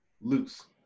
loose